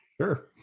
Sure